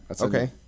Okay